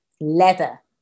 leather